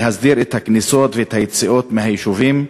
להסדיר את הכניסות ואת היציאות מהיישובים.